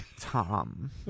Tom